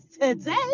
today